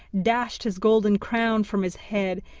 dashed his golden crown from his head,